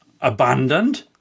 abandoned